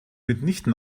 mitnichten